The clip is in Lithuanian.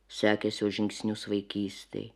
sekęs jo žingsnius vaikystėj